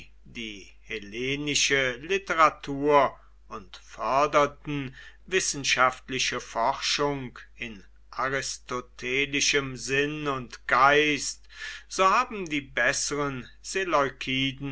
die hellenische literatur und förderten wissenschaftliche forschung in aristotelischem sinn und geist so haben die besseren